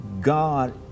God